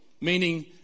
meaning